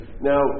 Now